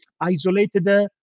isolated